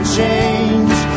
change